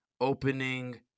opening